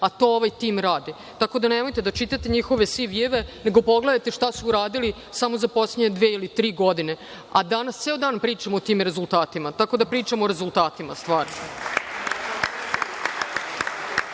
a to ovaj tim radi. Tako da nemojte da čitate njihove biografije, nego pogledajte šta su uradili samo za poslednje dve ili tri godine, a danas ceo dan pričamo o tim rezultatima. Tako da pričamo o rezultatima stvarnim,